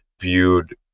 viewed